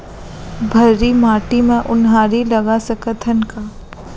भर्री माटी म उनहारी लगा सकथन का?